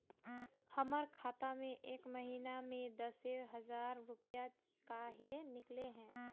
हमर खाता में एक महीना में दसे हजार रुपया काहे निकले है?